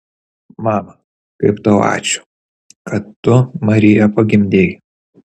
mama kaip tau ačiū kad tu mariją pagimdei